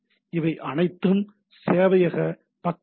இவை அனைத்தும் சேவையக பக்க பிழை